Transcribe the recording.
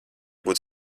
būt